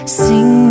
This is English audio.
sing